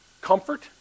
comfort